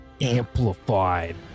amplified